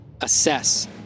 assess